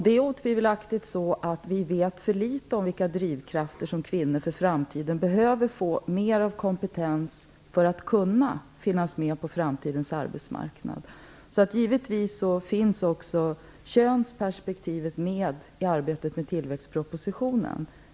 Det är otvivelaktigt så att vi vet för litet om vilka drivkrafter som behövs för att kvinnor i framtiden skall kunna få mer av kompetens och kunna finnas med på framtidens arbetsmarknad. Givetvis finns också könsperspektivet med i arbetet med tillväxtpropositionen.